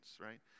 right